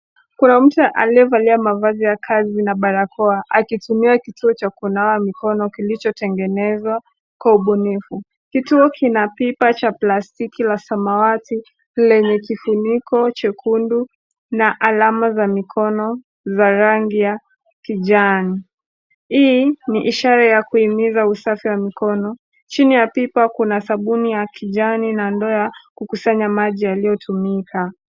Kuna mtu aliyevaa mavazi ya kazi na barakoa, akitumia kituo cha kunawa mikono kilichotengenezwa kwa ubunifu. Kituo kina pipa cha plastiki la samawati lenye kifuniko chekundu na alama za mikono za rangi ya kijani. Hii ni ishara ya kuhimiza usafi wa mikono. Chini ya pipa kuna sabuni ya kijani na ndoo ya kukusanya maji yaliyotumika.